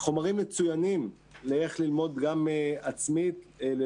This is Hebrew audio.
חומרים מצוינים איך ללמד מרחוק.